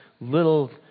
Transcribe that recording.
little